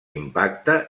impacte